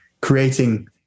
creating